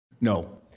No